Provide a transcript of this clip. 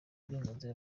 uburenganzira